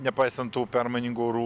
nepaisant tų permainingų orų